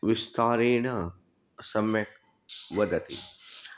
विस्तारेण सम्यक् वदन्ति